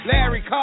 Larry